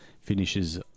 finishes